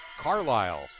Carlisle